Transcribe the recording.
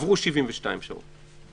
ועברו 72 שעות,